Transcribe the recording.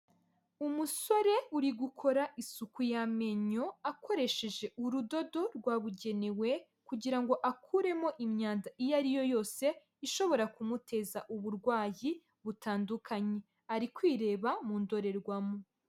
Umusore uri gukora isuku y'amenyo, akoresheje urudodo rwabugenewe, kugira ngo akuremo imyanda iyo ari yo yose ishobora kumuteza uburwayi butandukanye. Ari kwireba mu ndorerwamo.